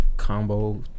combo